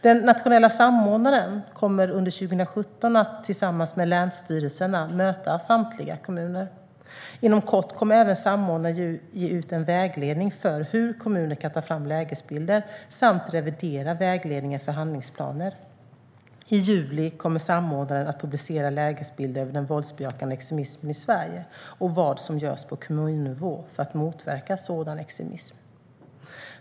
Den nationella samordnaren kommer under 2017 att tillsammans med länsstyrelserna möta samtliga kommuner. Inom kort kommer även samordnaren att ge ut en vägledning för hur kommuner kan ta fram lägesbilder samt revidera vägledningen för handlingsplaner. I juli kommer samordnaren att publicera lägesbilder över den våldsbejakande extremismen i Sverige och vad som görs på kommunnivå för att motverka sådan extremism.